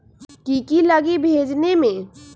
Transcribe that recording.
की की लगी भेजने में?